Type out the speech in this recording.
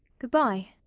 good-bye.